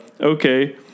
Okay